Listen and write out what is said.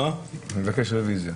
אני מבקש רוויזיה.